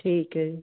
ਠੀਕ ਹੈ ਜੀ